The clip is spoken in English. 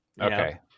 Okay